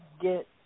get